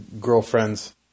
girlfriends